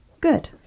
Good